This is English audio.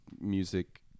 music